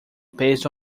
based